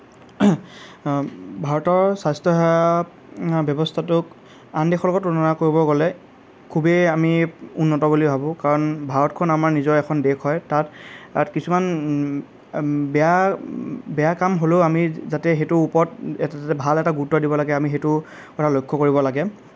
ভাৰতৰ স্বাস্থ্যসেৱা ব্যৱস্থাটোক আন দেশৰ লগত তুলনা কৰিব গ'লে খুবেই আমি উন্নত বুলি ভাবোঁ কাৰণ ভাৰতখন আমাৰ নিজৰ এখন দেশ হয় তাত কিছুমান বেয়া বেয়া কাম হ'লেও আমি যাতে সেইটোৰ ওপৰত এটা যে ভাল এটা গুৰুত্ৱ দিব লাগে আমি সেইটো সদায় লক্ষ্য কৰিব লাগে